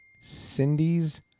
Cindy's